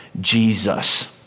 Jesus